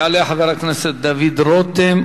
יעלה חבר הכנסת דוד רותם,